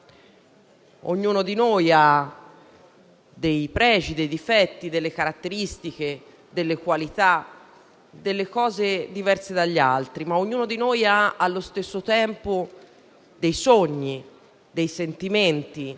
Ognuno di noi ha dei pregi, dei difetti, delle caratteristiche o delle qualità diversi dagli altri, ma ognuno di noi ha, allo stesso tempo, dei sogni e dei sentimenti.